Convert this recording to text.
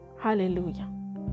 Hallelujah